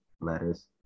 letters